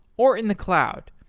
or in the cloud.